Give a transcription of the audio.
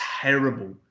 terrible